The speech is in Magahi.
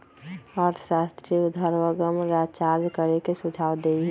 अर्थशास्त्री उर्ध्वगम चार्ज करे के सुझाव देइ छिन्ह